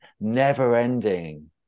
never-ending